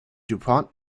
dupont